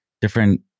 different